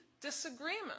disagreement